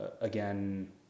again